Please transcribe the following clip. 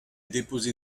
déposé